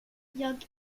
jag